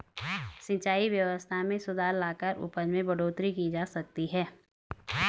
सिंचाई व्यवस्था में सुधार लाकर उपज में बढ़ोतरी की जा सकती है